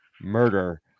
murder